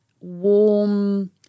warm